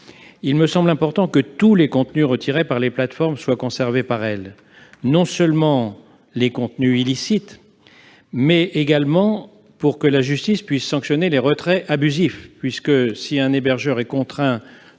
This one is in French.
il me semble important que tous les contenus retirés par les plateformes soient conservés par elles, non seulement les contenus illicites, mais également ceux qui ne le sont pas, pour que la justice puisse sanctionner les retraits abusifs. Si un hébergeur est contraint,